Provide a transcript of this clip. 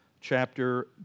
chapter